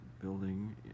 building